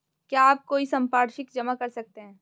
क्या आप कोई संपार्श्विक जमा कर सकते हैं?